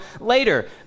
later